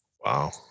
Wow